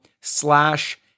slash